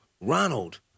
Ronald